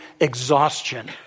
exhaustion